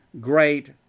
great